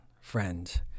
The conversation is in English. friend